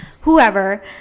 whoever